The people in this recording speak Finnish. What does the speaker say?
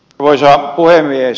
arvoisa puhemies